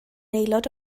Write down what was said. aelod